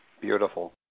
Beautiful